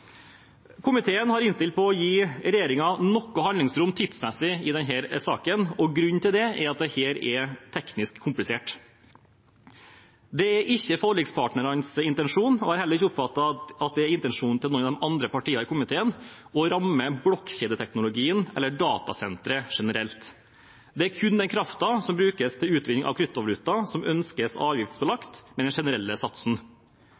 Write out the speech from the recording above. Komiteen har innstilt på å gi regjeringen noe handlingsrom tidsmessig i denne saken. Grunnen til det er at dette er teknisk komplisert. Det er ikke forlikspartnernes intensjon – jeg har heller ikke oppfattet at det er intensjonen til noen av de andre partiene i komiteen – å ramme blokkjedeteknologien eller datasentre generelt. Det er kun den kraften som brukes til utvinning av kryptovaluta som ønskes avgiftsbelagt med den generelle satsen.